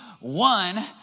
one